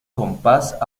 compás